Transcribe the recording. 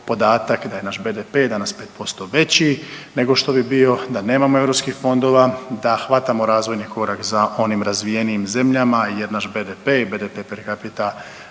da je naš BDP danas 5% veći nego što bi bio da nemamo EU fondova, da hvatamo razvojni korak za onim razvijenijim zemljama jer naš BDP i BDP per capita,